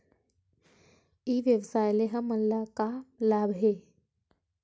ई व्यवसाय से हमन ला का लाभ हे?